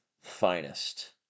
finest